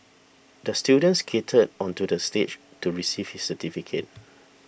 the student skated onto the stage to receive his certificate